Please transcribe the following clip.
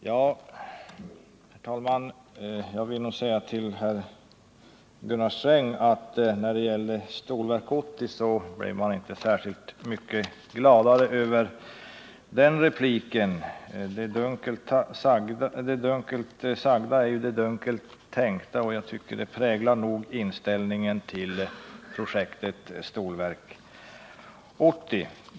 Herr talman! Jag vill säga till herr Gunnar Sträng att man när det gäller Stålverk 80 inte blev särskilt mycket gladare över den senaste repliken. Det dunkelt sagda är ju det dunkelt tänkta, och jag tycker att det präglar inställningen till Stålverk 80-projektet.